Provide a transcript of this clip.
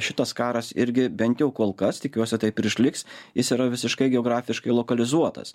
šitas karas irgi bent jau kol kas tikiuosi taip ir išliks jis yra visiškai geografiškai lokalizuotas